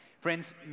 Friends